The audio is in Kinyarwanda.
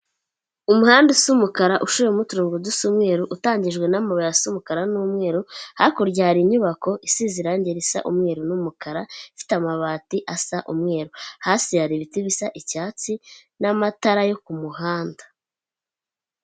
Umuhanda usa umukara uciyemo uturongo dusa umweru, utangijwe n'amabuye asa umukara n'umweru, hakurya hari inyubako isize irangi risa umweru n'umukara ifite amabati asa umweru, hasi hari ibiti bisa icyatsi n'amatara yo ku muhanda.